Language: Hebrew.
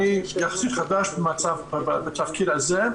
אני יחסית חדש בתפקיד הזה,